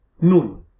Nun